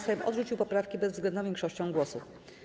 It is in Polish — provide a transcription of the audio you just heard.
Sejm odrzucił poprawki bezwzględną większością głosów.